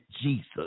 Jesus